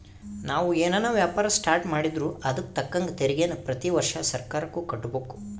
ನಾವು ಏನನ ವ್ಯಾಪಾರ ಸ್ಟಾರ್ಟ್ ಮಾಡಿದ್ರೂ ಅದುಕ್ ತಕ್ಕಂಗ ತೆರಿಗೇನ ಪ್ರತಿ ವರ್ಷ ಸರ್ಕಾರುಕ್ಕ ಕಟ್ಟುಬಕು